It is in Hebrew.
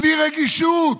בלי רגישות,